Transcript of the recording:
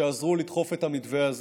שעזרו לדחוף את המתווה הזה,